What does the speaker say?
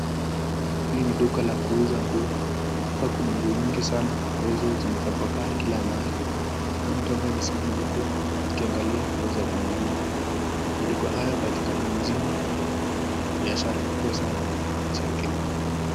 Hili ni duka la kuuza nguo, hapa kuna nguo nyingi sana zimetapakaa kila mahali, kuna mtu ambaye amesimama huku akiangalia nguo za kununua na duka haya hupatikana mjini biashara kubwa sana katika nchi ya kenya.